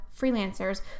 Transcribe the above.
freelancers